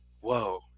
whoa